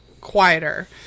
quieter